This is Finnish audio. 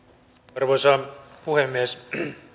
arvoisa puhemies